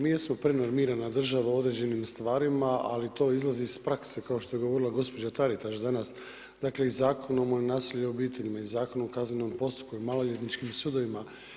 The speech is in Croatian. Mi jesmo prenormirana država u određenim stvarima, ali to izlazi iz prakse, kao što je govorila gospođa Taritaš danas, dakle Zakonom o nasilju u obitelji i Zakonom o kaznenom postupku, maloljetničkim sudovima.